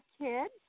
kids